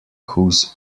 whose